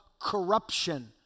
corruption